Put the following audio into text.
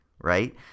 right